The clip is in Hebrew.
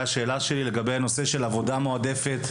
השאלה שלי לגבי הנושא של עבודה מעודפת,